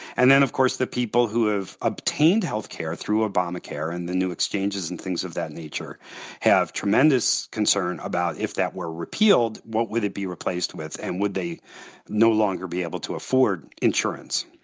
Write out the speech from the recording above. and then, of course, the people who have obtained health care through obamacare and the new exchanges and things of that nature have tremendous concern about if that were repealed, what would it be replaced with? and would they no longer be able to afford insurance?